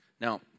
Now